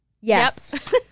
Yes